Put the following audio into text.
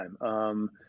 time